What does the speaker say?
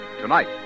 Tonight